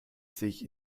sich